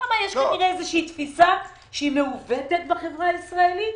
כי יש כנראה תפיסה מעוותת בחברה הישראלית,